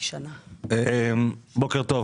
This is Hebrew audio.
בוקר טוב,